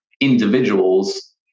individuals